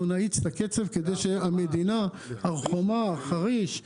אנחנו נאיץ את הקצב בהר חומה, חריש,